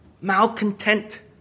malcontent